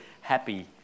happy